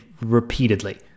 repeatedly